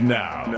now